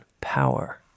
power